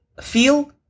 feel